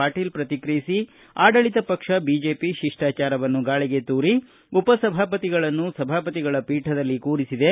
ಪಾಟೀಲ್ ಪ್ರಕ್ರಿಯಿಸಿ ಆಡಳಿತ ಪಕ್ಷ ಬಿಜೆಪಿ ಶಿಷ್ಟಾಚಾರವನ್ನು ಗಾಳಿಗೆ ತೂರಿ ಉಪಸಭಾಪತಿಗಳನ್ನು ಸಭಾಪತಿಗಳ ಪೀಠದಲ್ಲಿ ಕೂರಿಸಿದೆ